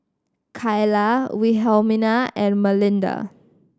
Kylah Wilhelmina and Malinda